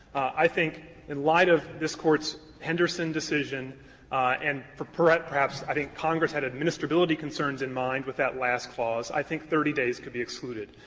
i think in light of this court's henderson decision and perhaps perhaps i think congress had administrability concerns in mind with that last clause i think thirty days could be excluded.